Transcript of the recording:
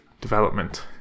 development